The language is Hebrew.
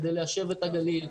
כדי ליישב את הגליל.